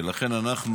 ולכן אנחנו